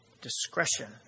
Discretion